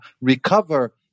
recover